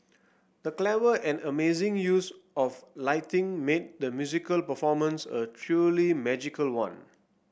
the clever and amazing use of lighting made the musical performance a truly magical one